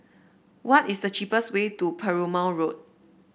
what is the cheapest way to Perumal Road